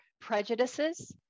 prejudices